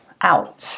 out